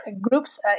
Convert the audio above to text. groups